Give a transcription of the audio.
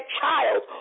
child